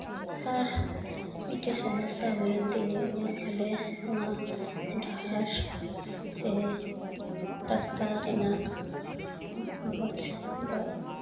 ᱟᱨ ᱢᱤᱫᱴᱮᱡ ᱥᱚᱢᱚᱥᱥᱟ ᱦᱩᱭᱮᱱ ᱛᱤᱧᱟᱹ ᱤᱧᱟᱹᱜ ᱟᱞᱮ ᱱᱚᱣᱟ ᱰᱟᱦᱟᱨ ᱥᱮ ᱨᱟᱥᱛᱟ ᱨᱮᱱᱟᱜ ᱢᱚᱡᱽ